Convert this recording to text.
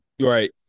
Right